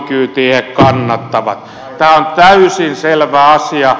tämä on täysin selvä asia